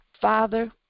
Father